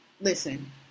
listen